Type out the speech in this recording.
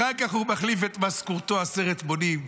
אחר כך הוא מחליף את משכורתו עשרת מונים,